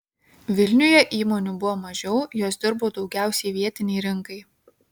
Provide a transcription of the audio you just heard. vilniuje įmonių buvo mažiau jos dirbo daugiausiai vietinei rinkai